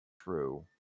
true